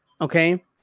Okay